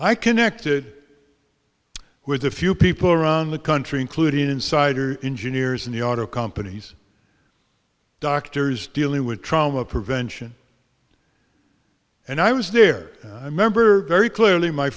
i connected with a few people around the country including insider engineers in the auto companies doctors dealing with trauma prevention and i was near remember very clearly my